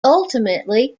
ultimately